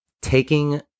taking